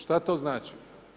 Što to znači?